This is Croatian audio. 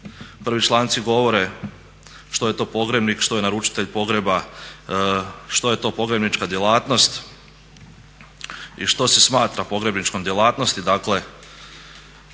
prvi članci govore što je to pogrebnik, što je naručitelj pogreba, što je to pogrebnička djelatnost i što se smatra pogrebničkom djelatnosti,